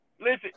Listen